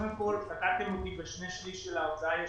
קטעתם אותי בשני שליש של ההרצאה.